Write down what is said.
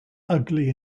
ugly